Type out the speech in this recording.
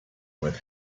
with